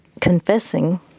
confessing